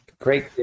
Great